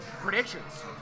Predictions